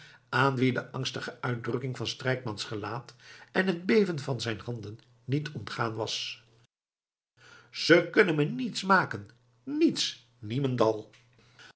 aan wie de angstige uitdrukking van strijkmans gelaat en het beven van zijn handen niet ontgaan was ze kunnen me niets maken niets niemendal